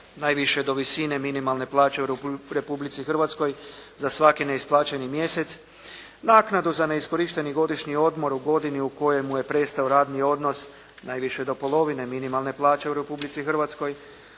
najviše do visine minimalne plaće u Republici Hrvatskoj za svaki neisplaćeni mjesec, naknadu za neiskorišteni godišnji odmor u godini u kojem je prestao radni odnos najviše do polovine minimalne plaće u Republici Hrvatskoj,